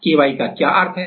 Ky क्या है